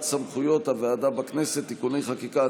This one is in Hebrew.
סמכויות הוועדה בכנסת) (תיקוני חקיקה),